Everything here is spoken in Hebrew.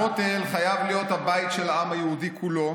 הכותל חייב להיות הבית של העם היהודי כולו,